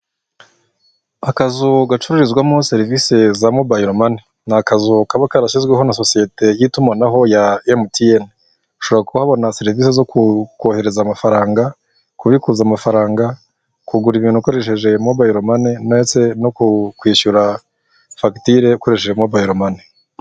Akazu gacururizwamo serivise za mobayiro mani, ni akazu kaba karashyizweho na sosiyete y'itumanaho ya MTN, ushobora kuhabona serivise zo kohereza amafaranga, ku bikuza amafaranga, ku gura ibintu ukoresheje mobayiro mani ndetse no kwishyura fagitire ukoresheje mobayiro mani.